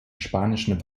spanischen